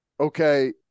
Okay